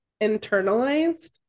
internalized